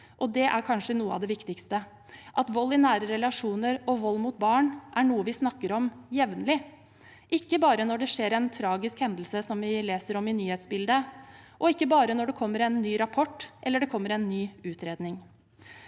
Og det er kanskje noe av det viktigste, at vold i nære relasjoner og vold mot barn er noe vi snakker om jevnlig – ikke bare når det skjer en tragisk hendelse som vi leser om i nyhetsbildet, og ikke bare når det kommer en ny rapport eller en ny utredning.